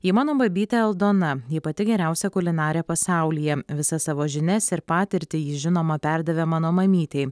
ji mano babytė aldona ji pati geriausia kulinarė pasaulyje visas savo žinias ir patirtį ji žinoma perdavė mano mamytei